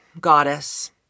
goddess